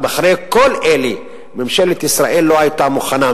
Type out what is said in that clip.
גם אחרי כל אלה ממשלת ישראל לא היתה מוכנה,